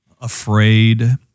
afraid